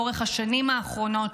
לאורך השנים האחרונות,